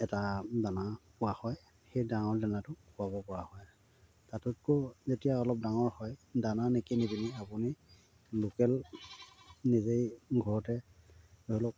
এটা দানা পোৱা হয় সেই ডাঙৰ দানাটো খোৱাব পৰা হয় তাতোতকৈ যেতিয়া অলপ ডাঙৰ হয় দানা নিকিনি পিনি আপুনি লোকেল নিজেই ঘৰতে ধৰি লওক